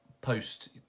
post-